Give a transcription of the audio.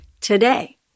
today